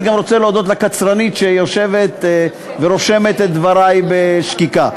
אני רוצה להודות גם לקצרנית שיושבת ורושמת את דברי בשקיקה.